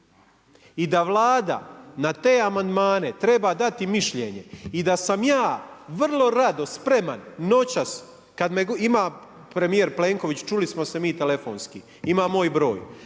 I da Vlada na te amandmane treba dati mišljenje i da sam aj vrlo rado spreman noćas kad me ima premijer Plenković, čuli smo se mi telefonski, ima moj broj,